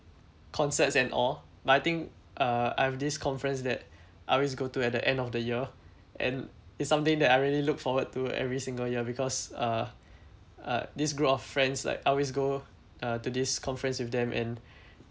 concerts and all but I think uh I've this conference that I always go to at the end of the year and it's something that I really look forward to every single year because uh uh this group of friends like I always go uh to this conference with them and